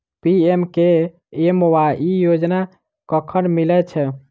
PMKMY योजना कखन मिलय छै?